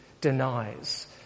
denies